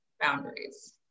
boundaries